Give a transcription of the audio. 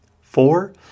Four